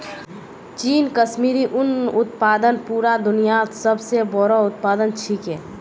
चीन कश्मीरी उन उत्पादनत पूरा दुन्यात सब स बोरो उत्पादक छिके